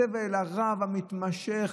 אנחנו יודעים ושומעים על הסבל הרב המתמשך.